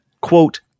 quote